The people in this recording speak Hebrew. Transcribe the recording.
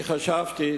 אני חשבתי,